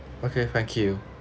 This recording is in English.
okay thank you